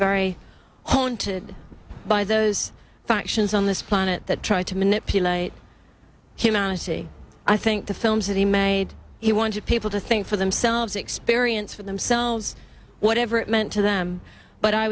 haunted by those factions on this planet that tried to manipulate humanity i think the films that he made he wanted people to think for themselves experience for themselves whatever it meant to them but i